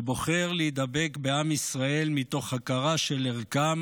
שבוחר להידבק בעם ישראל מתוך הכרה של ערכם